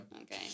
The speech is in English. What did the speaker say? Okay